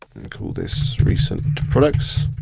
and call this recent products.